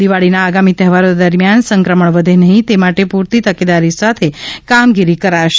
દિવાળીના આગામી તહેવારો દરમિયાન સંક્રમણ વધે નહી એ માટે પૂરતી તકેદારી સાથે કામગીરી કરાશે